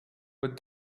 with